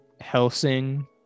Helsing